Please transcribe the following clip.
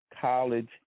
college